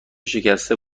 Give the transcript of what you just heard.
شکسته